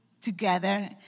together